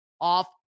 off